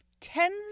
tens